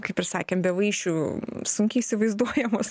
kaip ir sakėm be vaišių sunkiai įsivaizduojamos